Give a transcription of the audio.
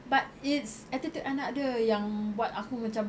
but it's attitude anak dia yang buat aku macam